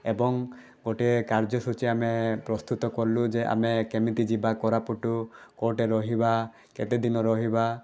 ଏବଂ ଗୋଟେ କାର୍ଯ୍ୟସୂଚୀ ଆମେ ପ୍ରସ୍ତୁତ କଲୁ ଯେ ଆମେ କେମିତି ଯିବା କୋରାପୁଟ କେଉଁଠି ରହିବା କେତେଦିନ ରହିବା